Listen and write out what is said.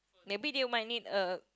maybe they might need a